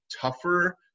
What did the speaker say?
tougher